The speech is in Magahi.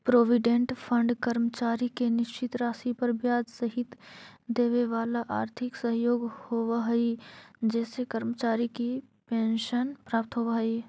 प्रोविडेंट फंड कर्मचारी के निश्चित राशि पर ब्याज सहित देवेवाला आर्थिक सहयोग होव हई जेसे कर्मचारी के पेंशन प्राप्त होव हई